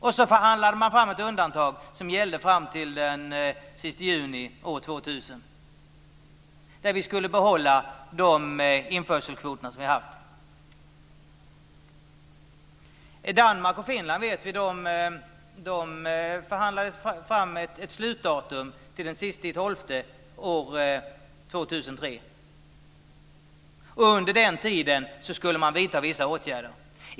Och så förhandlade man fram ett undantag som gällde fram till den sista juni år 2000 där vi skulle behålla de införselkvoter som vi har haft. Danmark och Finland förhandlade som vi vet fram sitt slutdatum till den sista december år 2003. Under den tiden skulle man vidta vissa åtgärder.